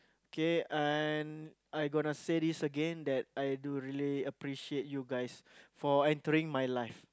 K and I gonna say this again that I do really appreciate you guys for entering my life